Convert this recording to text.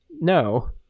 no